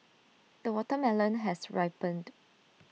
the watermelon has ripened